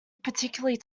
particularly